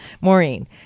Maureen